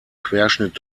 querschnitt